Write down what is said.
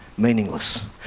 meaningless